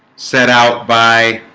set out by